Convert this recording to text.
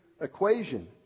equation